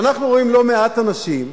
ואנחנו רואים לא מעט אנשים,